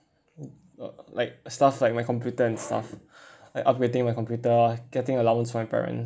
uh like stuff like my computer and stuff like upgrading my computer getting allowance from my parents